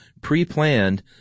pre-planned